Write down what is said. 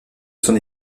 son